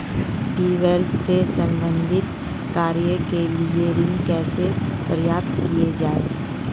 Tubewell से संबंधित कार्य के लिए ऋण कैसे प्राप्त किया जाए?